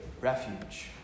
refuge